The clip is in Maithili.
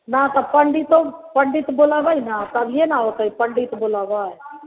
ना तऽ पंडितो पंडित बोलऽबै ने तभिये ने औतय पंडित बोलऽबै